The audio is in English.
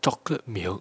chocolate milk